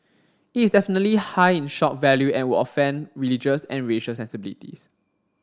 it is definitely high in shock value and would offend religious and racial sensibilities